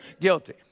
guilty